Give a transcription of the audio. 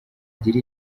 gira